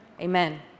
Amen